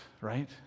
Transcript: right